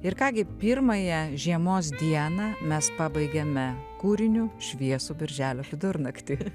ir ką gi pirmąją žiemos dieną mes pabaigiame kūriniu šviesų birželio vidurnaktį